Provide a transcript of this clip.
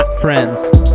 Friends